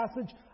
passage